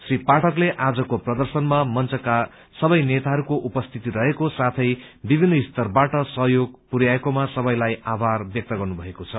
श्री पाठकले आजको प्रदर्शनमा मंचका सबै नेताहरूको उपस्थिति रहेको साथै विभिन्न स्तरबाट सहयोग पुरयाएकोमा सबैलाई आभार व्यक्त गर्नुभएको छ